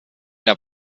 der